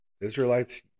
Israelites